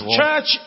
church